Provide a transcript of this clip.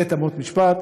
בבית אמות משפט.